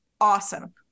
awesome